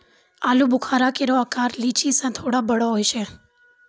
आलूबुखारा केरो आकर लीची सें थोरे बड़ो होय छै